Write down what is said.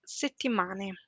settimane